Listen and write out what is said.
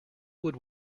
would